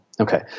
Okay